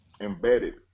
embedded